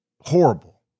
Horrible